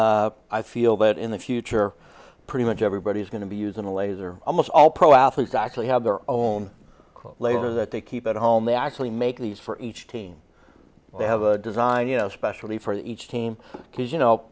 and i feel that in the future pretty much everybody's going to be using a laser almost all pro athletes actually have their own laser that they keep at home they actually make these for each team they have a design especially for each team because you know